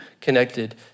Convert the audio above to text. connected